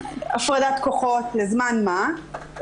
הפרדת כוחות לזמן מה,